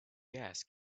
gas